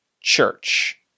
church